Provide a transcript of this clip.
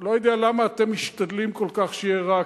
לא יודע למה אתם משתדלים כל כך שיהיה רע,